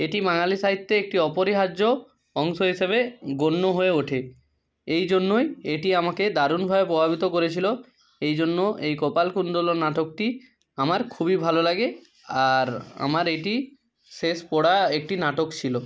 এটি বাঙালি সাহিত্যে একটি অপরিহার্য অংশ হিসাবে গণ্য হয়ে ওঠে এই জন্যই এটি আমাকে দারুণভাবে প্রভাবিত করেছিলো এই জন্য এই কপালকুণ্ডলা নাটকটি আমার খুবই ভালো লাগে আর আমার এটি শেষ পড়া একটি নাটক ছিলো